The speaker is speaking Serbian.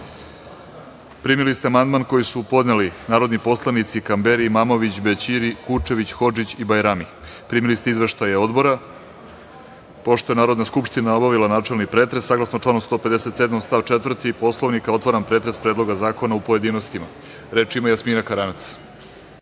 ste amandman koji su podneli narodni poslanici Kamberi, Imamović, Bećiri, Kučević, Hodžić i Bajrami. Primili ste izveštaje odbora. Pošto je Narodna skupština obavila načelni pretres, saglasno članu 157. stav 4. Poslovnika, otvaram pretres Predloga zakona u pojedinostima. Reč ima Jasmina Karanac.